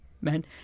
Men